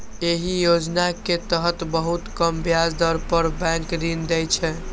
एहि योजना के तहत बहुत कम ब्याज दर पर बैंक ऋण दै छै